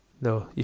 No